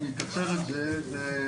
אני אקצר את זה.